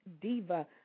diva